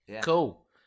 cool